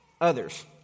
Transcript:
others